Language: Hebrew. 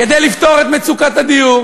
ההצעה להעביר את הצעת חוק מס ערך מוסף (תיקון מס' 54),